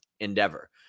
endeavor